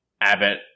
Abbott